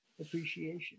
appreciation